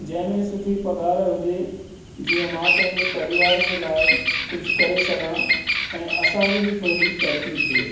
जंहिं में सुठी पघारु हुजे जीअं मां पंहिंजे परिवार जे लाइ कुझु करे सघां ऐं असांंजी बि थोरी तरक़ी थिए